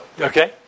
Okay